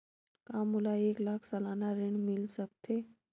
का मोला एक लाख सालाना ऋण मिल सकथे?